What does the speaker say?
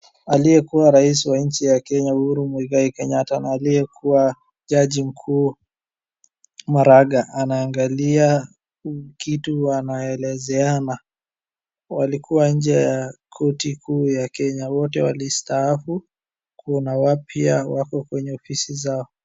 Aliyekuwa rais wa nchi ya Kenya uhuru Muigai Kenyatta na aliyekuwa jaji mkuu Maraga anaangalia kitu wanaelezeana. Walikua nje ya koti kuu ya Kenya. Wote walistaafu kuna wapya wako kwenye ofisi zao.